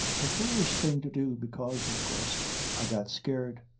a foolish thing to do because of course i got scared.